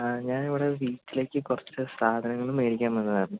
ആ ഞാൻ ഇവിടെ വീട്ടിലേയ്ക്ക് കുറച്ച് സാധനങ്ങൾ മേടിക്കാൻ വന്നതായിരുന്നു